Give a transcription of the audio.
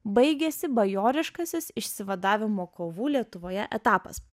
baigėsi bajoriškasis išsivadavimo kovų lietuvoje etapas